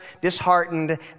disheartened